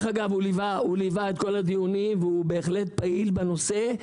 הוא ליווה את כל הדיונים, הוא בהחלט פעיל בנושא.